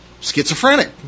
schizophrenic